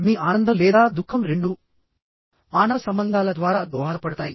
మీ ఆనందం లేదా దుఃఖం రెండూ మానవ సంబంధాల ద్వారా దోహదపడతాయి